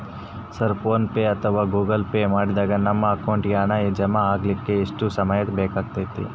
Sir PhonePe ಅಥವಾ Google Pay ಮಾಡಿದಾಗ ನಮ್ಮ ಅಕೌಂಟಿಗೆ ಹಣ ಜಮಾ ಆಗಲಿಕ್ಕೆ ಎಷ್ಟು ಸಮಯ ಬೇಕಾಗತೈತಿ?